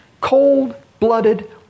cold-blooded